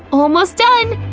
almost done!